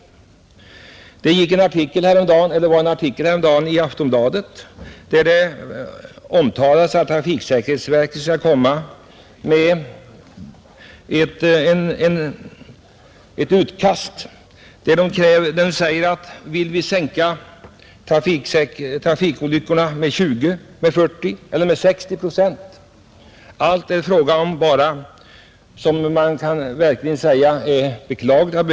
Häromdagen kunde man i Aftonbladet läsa en artikel i vilken det omtalades att trafiksäkerhetsverket skall presentera ett utkast, som går ut på att om vi vill sänka antalet trafikolyckor med 20, 40 eller 60 procent, så är det beroende på hur mycket pengar som står till förfogande.